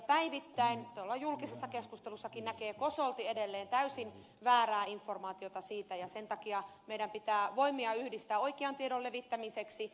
päivittäin tuolla julkisessa keskustelussakin näkee edelleen kosolti täysin väärää informaatiota siitä ja sen takia meidän pitää voimia yhdistää oikean tiedon levittämiseksi